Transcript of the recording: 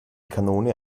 kanone